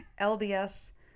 LDS